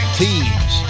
teams